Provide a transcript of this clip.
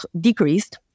decreased